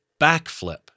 backflip